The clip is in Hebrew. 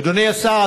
אדוני השר,